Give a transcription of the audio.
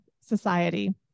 society